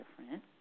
different